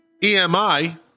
EMI